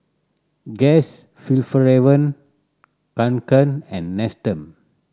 Guess Fjallraven Kanken and Nestum